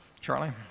Charlie